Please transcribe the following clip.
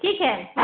ٹھیک ہے